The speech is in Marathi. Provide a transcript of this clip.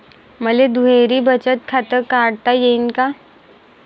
मले दुहेरी बचत खातं काढता येईन का?